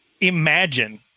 imagine